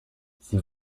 sie